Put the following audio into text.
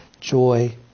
joy